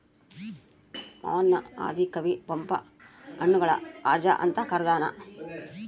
ಮಾವನ್ನು ಆದಿ ಕವಿ ಪಂಪ ಹಣ್ಣುಗಳ ರಾಜ ಅಂತ ಕರದಾನ